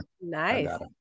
Nice